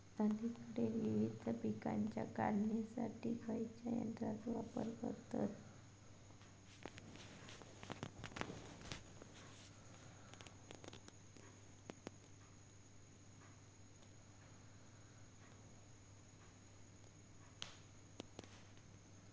अलीकडे विविध पीकांच्या काढणीसाठी खयाच्या यंत्राचो वापर करतत?